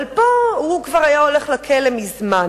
אבל פה, הוא כבר היה הולך לכלא מזמן.